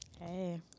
hey